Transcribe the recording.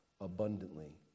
abundantly